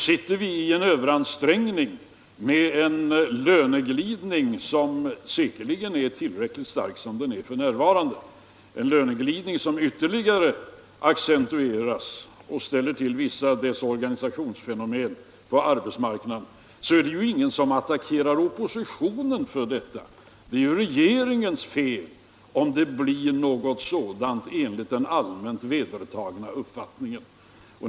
Sitter vi i en konjunktur som präglas av överansträngning, med en löneglidning som säkerligen är tillräckligt stark som den är f. n., en löneglidning som ytterligare accentueras och ställer till vissa desorganisationsfenomen på arbetsmarknaden, är det ju ingen som attackerar oppositionen för detta. Det är ju enligt den vedertagna uppfattningen regeringens fel när sådant inträffar.